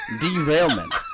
derailment